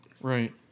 Right